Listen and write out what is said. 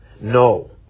No